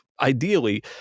ideally